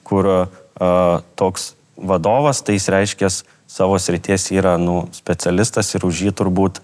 kur o toks vadovas tai jis reiškias savo srities yra nu specialistas ir už jį turbūt